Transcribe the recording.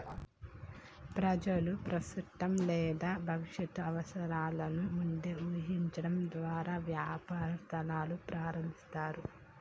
ప్రజలు ప్రస్తుత లేదా భవిష్యత్తు అవసరాలను ముందే ఊహించడం ద్వారా వ్యాపార సంస్థలు ప్రారంభిస్తారు